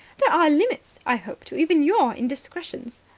there are limits, i hope, to even your indiscretions.